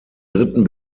dritten